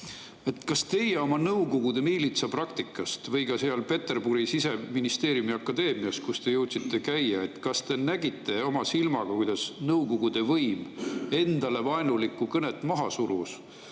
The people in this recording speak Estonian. Kas teie oma Nõukogude miilitsa praktikas või ka seal Peterburi Siseministeeriumi Akadeemias, kus te jõudsite käia, nägite oma silmaga, kuidas Nõukogude võim endale vaenulikku kõnet maha surus?